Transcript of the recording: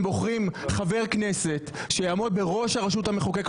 בוחרים חבר כנסת שיעמוד בראש הרשות המחוקקת,